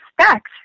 expect